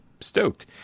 Stoked